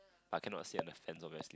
I cannot sit on the fence obviously